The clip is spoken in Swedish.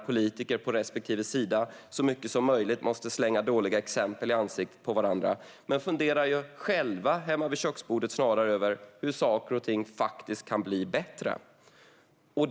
Politiker på respektive sida måste så mycket som möjligt slänga dåliga exempel i ansiktet på varandra. De människor jag möter funderar själva hemma vid köksbordet snarare över hur saker och ting faktiskt kan bli bättre.